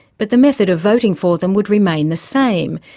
but the method of voting for them would remain the same,